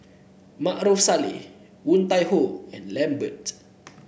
Maarof Salleh Woon Tai Ho and Lambert